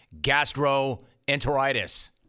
gastroenteritis